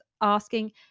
asking